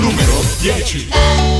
Numero 10.